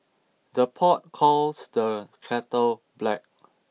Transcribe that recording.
the pot calls the kettle black